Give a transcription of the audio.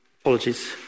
Apologies